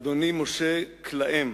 אדוני משה, כלאם.